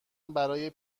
برای